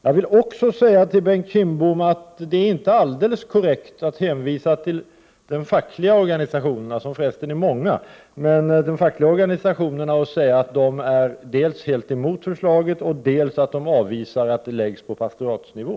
Jag vill också säga till Bengt Kindbom att det inte är alldeles korrekt att hänvisa till de fackliga organisationerna, som för resten är många, och säga att de dels är helt emot förslaget, dels avvisar att verksamheten läggs på pastoratsnivå.